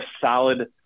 solid